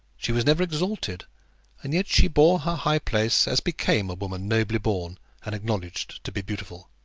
she was never exalted and yet she bore her high place as became a woman nobly born and acknowledged to be beautiful.